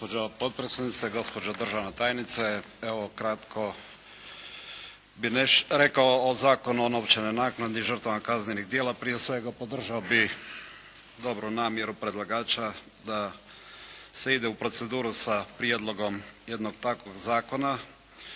Gospođo potpredsjednice, gospođo državna tajnice. Evo kratko bih rekao o Zakonu o novčanoj naknadi žrtvama kaznenih djela. Prije svega, podržao bih dobru namjeru predlagača da se ide u proceduru sa prijedlogom jednog takvog zakona